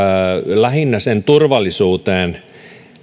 lähinnä sen turvallisuuteen